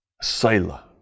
Sailor